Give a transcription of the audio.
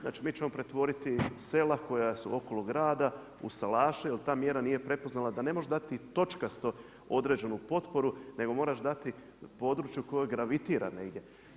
Znači mi ćemo pretvoriti sela koja su okolo grada u salaše jer ta mjera nije prepoznala da ne može dati točkasto određenu potporu nego moraš dati području koje gravitira negdje.